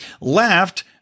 laughed